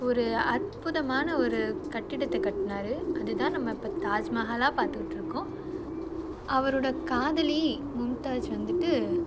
ஒரு அற்புதமான ஒரு கட்டிடத்தை கட்டுனாரு அது தான் நம்ம இப்போ தாஜ்மஹாலாக பார்த்துக்கிட்டு இருக்கோம் அவரோட காதலி மும்தாஜ் வந்துட்டு